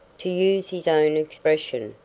to use his own expression,